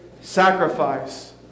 Sacrifice